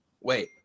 Wait